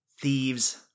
thieves